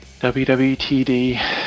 WWTD